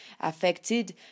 affected